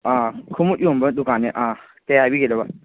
ꯑꯥ ꯈꯣꯡꯎꯞ ꯌꯣꯟꯕ ꯗꯨꯀꯥꯟꯅꯦ ꯑꯥ ꯀꯩ ꯍꯥꯏꯕꯤꯒꯗꯕ